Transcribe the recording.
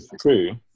true